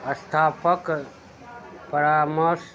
स्थापक परामर्श